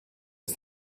ist